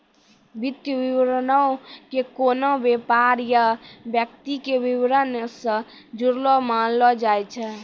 वित्तीय विवरणो के कोनो व्यापार या व्यक्ति के विबरण से जुड़लो मानलो जाय छै